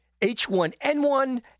H1N1